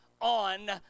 on